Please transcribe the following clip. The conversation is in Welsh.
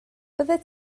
byddet